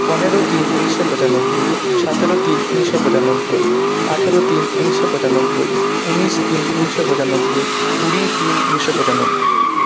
পনেরো তিন ঊনিশশো পঁচানব্বই সাতেরো তিন ঊনিশশো পঁচানব্বই আঠেরো তিন ঊনিশশো পঁচানব্বই ঊনিশ তিন ঊনিশশো পঁচানব্বই কুড়ি তিন ঊনিশশো পঁচানব্বই